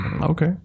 Okay